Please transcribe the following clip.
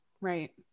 Right